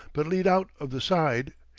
but lead out of the side,